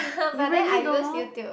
you really don't know